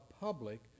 public